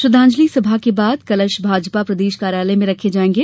श्रद्धांजलि सभा के बाद कलश भाजपा प्रदेश कार्यालय में रखे जाएंगे